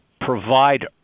provide